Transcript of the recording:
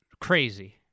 crazy